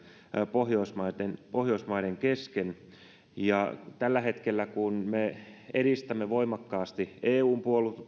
pohjoismaiden kesken tällä hetkellä me edistämme voimakkaasti eun